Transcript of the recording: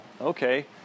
okay